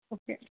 okay